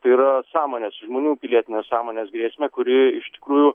tai yra sąmonės žmonių pilietinės sąmonės grėsmę kuri iš tikrųjų